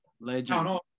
legend